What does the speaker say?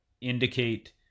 indicate